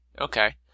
Okay